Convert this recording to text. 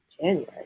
January